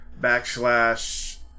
backslash